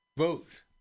Vote